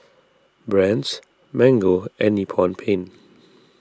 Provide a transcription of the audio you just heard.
Brand's Mango and Nippon Paint